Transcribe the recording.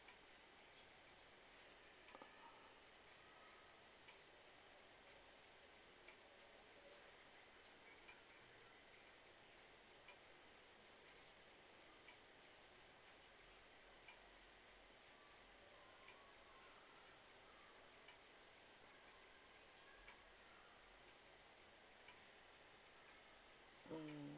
mm